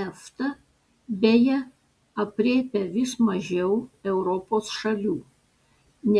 efta beje aprėpia vis mažiau europos šalių